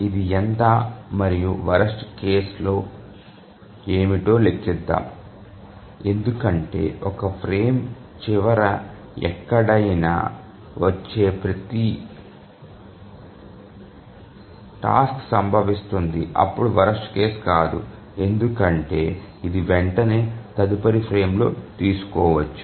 ఇది ఎంత మరియు వరస్ట్ కేసు ఏమిటో లెక్కిద్దాం ఎందుకంటే ఒక ఫ్రేమ్ చివర ఎక్కడైనా వచ్చే ప్రతి సంభవిస్తుంది అప్పుడు వరస్ట్ కేసు కాదు ఎందుకంటే ఇది వెంటనే తదుపరి ఫ్రేమ్లో తీసుకోవచ్చు